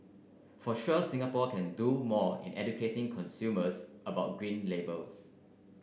for sure Singapore can do more in educating consumers about Green Labels